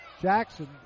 Jackson